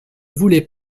voulait